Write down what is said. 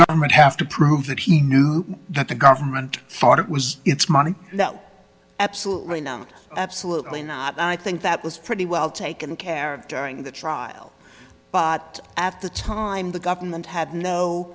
government have to prove that he knew that the government thought it was its money that absolutely no absolutely not i think that was pretty well taken care of during the trial but after a time the government had no